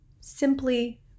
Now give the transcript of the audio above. simply